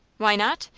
why not?